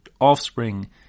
offspring